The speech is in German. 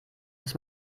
dass